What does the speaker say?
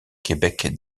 québec